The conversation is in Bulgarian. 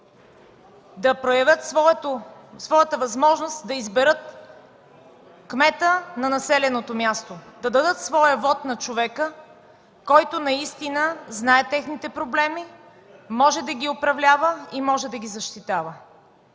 да проявят своята възможност да избират кмета на населеното място, да дадат своя вот на човека, който наистина знае техните проблеми, може да ги управлява и може да ги защитава.